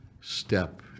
step